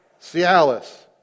Cialis